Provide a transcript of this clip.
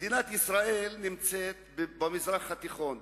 מדינת ישראל נמצאת במזרח התיכון.